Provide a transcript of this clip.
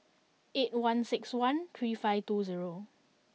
eight one six one three five two zero